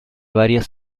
varias